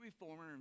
reformer